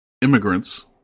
immigrants